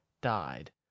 died